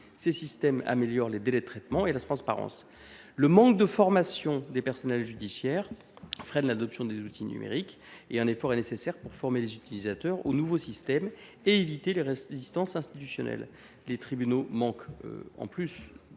Ces systèmes améliorent les délais de traitement et la transparence. Le manque de formation des personnels judiciaires freine l’adoption des outils numériques. Un effort est nécessaire pour former les utilisateurs aux nouveaux systèmes et éviter les résistances institutionnelles. En outre, les tribunaux manquent souvent